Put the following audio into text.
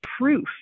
proof